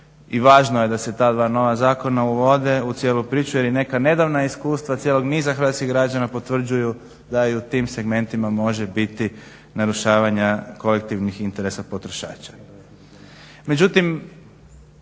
I važno je da se ta dva nova zakona uvode u cijelu priču jer i neka nedavna iskustva cijelog niza hrvatskih građana potvrđuju da je i u tim segmentima može biti narušavanja kolektivnih interesa potrošača.